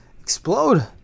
explode